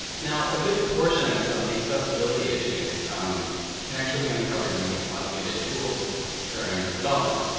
now, a good portion of the accessibility issues can actually be uncovered using automated tools during development.